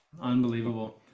Unbelievable